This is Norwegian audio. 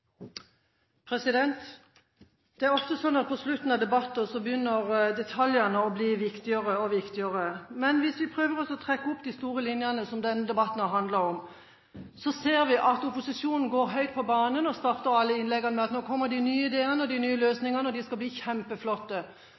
ofte slik at på slutten av debatter begynner detaljene å bli viktigere og viktigere. Men hvis vi prøver å trekke opp de store linjene, som denne debatten har handlet om, ser vi at opposisjonen går høyt på banen og starter alle innleggene med at nå kommer de nye ideene og løsningene, og de skal bli kjempeflotte.